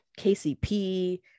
KCP